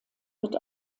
wird